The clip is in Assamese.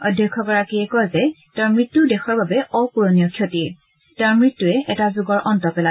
অধ্যক্ষগৰাকীয়ে কয় যে তেওঁৰ মৃত্যু দেশৰ বাবে অপূৰণীয় ক্ষতি হোৱাৰ লগতে এটা যুগৰ অন্ত পৰিল